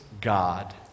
God